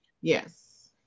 Yes